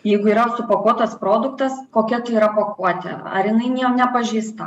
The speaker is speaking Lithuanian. jeigu yra supakuotas produktas kokia tai yra pakuotė ar jinai ne nepažeista